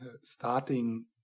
starting